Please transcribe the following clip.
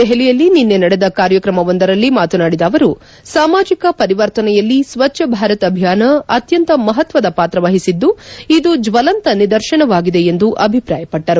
ದೆಹಲಿಯಲ್ಲಿ ನಿನ್ನೆ ನಡೆದ ಕಾರ್ಯಕ್ರಮವೊಂದರಲ್ಲಿ ಮಾತನಾಡಿದ ಅವರು ಸಾಮಾಜಿಕ ಪರಿವರ್ತನೆಯಲ್ಲಿ ಸ್ವಜ್ಞ ಭಾರತ್ ಅಭಿಯಾನ ಅತ್ಯಂತ ಮಹತ್ವದ ಪಾತ್ರವಹಿಸಿದ್ದು ಇದು ಜ್ವಲಂತ ನಿದರ್ಶನವಾಗಿದೆ ಎಂದು ಅಭಿಪ್ರಾಯಪಟ್ಟರು